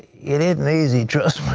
it isn't easy, trust